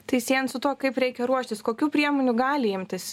tai siejan su tuo kaip reikia ruoštis kokių priemonių gali imtis